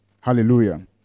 Hallelujah